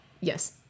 Yes